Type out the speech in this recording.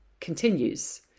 continues